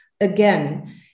again